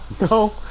No